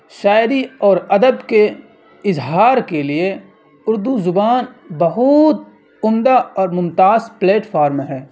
شاعری اور ادب کے اظہار کے لیے اردو زبان بہت عمدہ اور ممتاز پلیٹفارم ہے